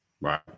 Right